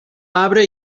arbre